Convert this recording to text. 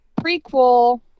prequel-